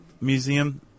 museum